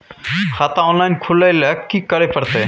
खाता ऑनलाइन खुले ल की करे परतै?